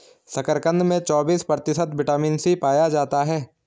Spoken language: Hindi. शकरकंद में चौबिस प्रतिशत विटामिन सी पाया जाता है